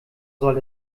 soll